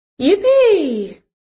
Yippee